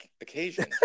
occasion